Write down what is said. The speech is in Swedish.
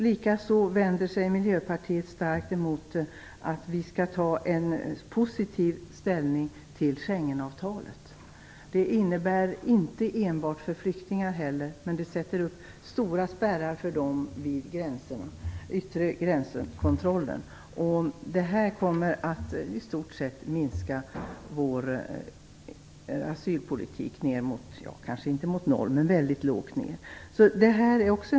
Likaså vänder sig Miljöpartiet starkt emot ett positivt ställningstagande till Schengenavtalet. Det handlar inte enbart om flyktingar, men det sätter upp stora spärrar för dem vid gränserna. Det handlar om den yttre gränskontrollen. Det här kommer i stort sett att minska vår asylpolitik. Den kanske inte hamnar på noll, men den hamnar väldigt lågt.